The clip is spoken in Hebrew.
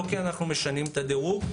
לא כי אנחנו משנים את הדירוג,